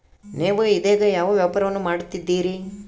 ನೇವು ಇದೇಗ ಯಾವ ವ್ಯಾಪಾರವನ್ನು ಮಾಡುತ್ತಿದ್ದೇರಿ?